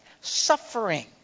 Suffering